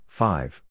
five